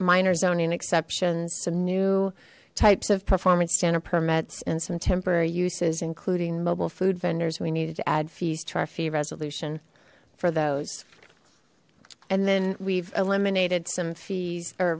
minor zoning exceptions some new types of performance standard permits and some temporary uses including mobile food vendors we needed to add fees to our fee resolution for those and then we've eliminated some fees